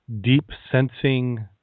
deep-sensing